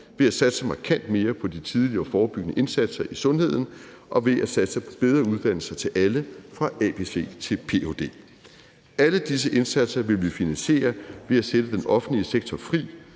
ved at satse markant mere på de tidlige og forebyggende indsatser i sundheden og ved at satse på bedre uddannelser til alle fra ABC til PhD. Alle disse indsatser vil vi finansiere ved at sætte den offentlige sektor fri,